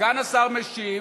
סגן השר משיב.